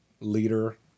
leader